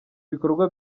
bikorwa